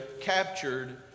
captured